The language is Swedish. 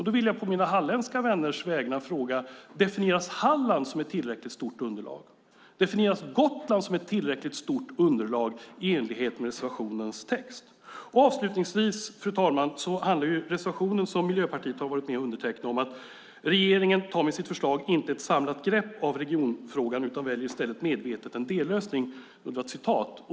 Då vill jag på mina halländska vänners vägnar fråga: Definieras Halland som ett tillräckligt stort underlag? Definieras Gotland som ett tillräckligt stort underlag i enlighet med reservationens text? Reservationen som Miljöpartiet har varit med och undertecknat handlar om att regeringen med sitt förslag inte tar ett samlat grepp om regionfrågan utan i stället medvetet väljer en dellösning.